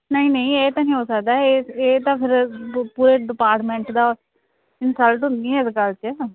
ਨਹੀਂ ਨਹੀਂ ਇਹ ਤਾਂ ਨਹੀਂ ਹੋ ਸਕਦਾ ਇਹ ਤਾਂ ਫਿਰ ਪੂਰੇ ਡਿਪਾਰਟਮੈਂਟ ਦਾ ਇੰਨਸਲਟ ਹੁੰਦੀ ਇਸ ਗੱਲ 'ਚ